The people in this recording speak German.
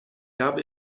habe